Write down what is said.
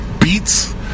beats